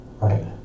right